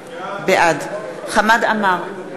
עם, חבר הכנסת יריב לוין.